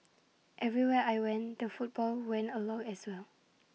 everywhere I went the football went along as well